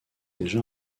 déjà